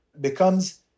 becomes